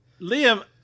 Liam